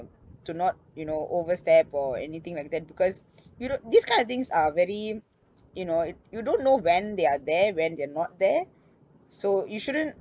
to not you know overstep or anything like that because you know these kind of things are very you know you don't know when they are there when they are not there so you shouldn't